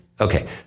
Okay